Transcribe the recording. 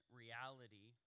reality